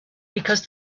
because